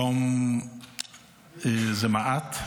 יום זה מעט,